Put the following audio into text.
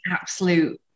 absolute